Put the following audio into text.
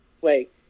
Wait